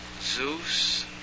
Zeus